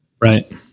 Right